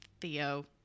Theo